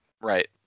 Right